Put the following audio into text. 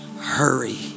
Hurry